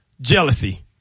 Jealousy